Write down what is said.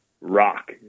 Rock